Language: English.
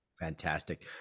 Fantastic